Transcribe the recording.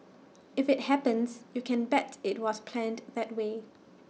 if IT happens you can bet IT was planned that way